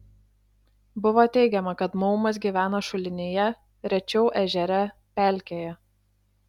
buvo teigiama kad maumas gyvena šulinyje rečiau ežere pelkėje